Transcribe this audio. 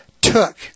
took